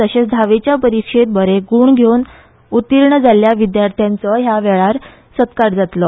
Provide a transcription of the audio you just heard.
तशेंच धावेचे परिक्षेंत बरे गूण घेवन पास जाल्ल्या विद्याथ्यांचो ह्या वेळार भोवमान जातलो